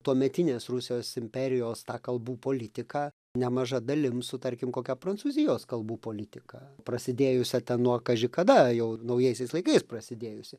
tuometinės rusijos imperijos tą kalbų politiką nemaža dalim sutarkim kokią prancūzijos kalbų politiką prasidėjusią nuo kaži kada jau naujaisiais laikais prasidėjusi